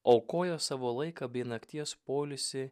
aukoja savo laiką bei nakties poilsį